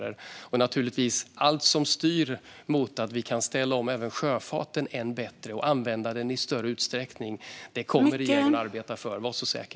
Regeringen kommer naturligtvis att arbeta för allt som styr mot att ställa om sjöfarten ännu mer och mot att använda den i större utsträckning, var så säker.